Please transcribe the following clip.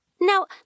Now